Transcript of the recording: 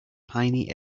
piny